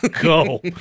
Go